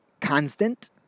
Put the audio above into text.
constant